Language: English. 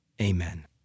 amen